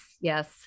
yes